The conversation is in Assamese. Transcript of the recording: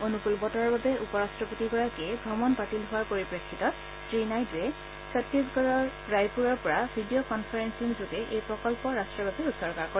অনুকূল বতৰৰ বাবে উপ ৰাট্টপতিগৰাকীৰ ভ্ৰমণ বাতিল হোৱাৰ পৰিপ্ৰেক্ষিতত শ্ৰীনাইডুৱে ছত্তীশগড়ৰ ৰায়পুৰৰ পৰা ভিডিঅ কনফাৰেপিং যোগে এই প্ৰকল্প ৰাট্টৰ বাবে উচৰ্গা কৰে